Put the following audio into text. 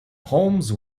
holmes